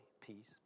peace